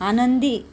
आनंदी